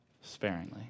sparingly